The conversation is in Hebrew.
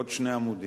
עוד שני עמודים.